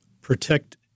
protect